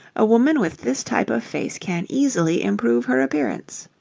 a woman with this type of face can easily improve her appearance.